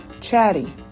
Chatty